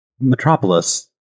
Metropolis